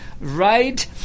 right